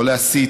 לא להסית.